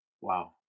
Wow